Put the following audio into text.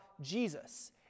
Jesus